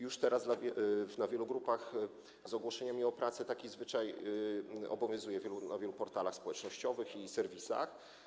Już teraz w wielu grupach z ogłoszeniami o pracę taki zwyczaj obowiązuje, na wielu portalach społecznościowych i w serwisach.